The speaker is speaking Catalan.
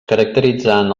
caracteritzant